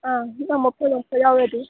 ꯑꯥ ꯃꯣꯐꯂꯦꯔ ꯅꯨꯡꯐꯂꯔ ꯌꯥꯎꯔꯗꯤ